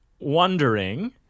wondering